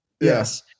Yes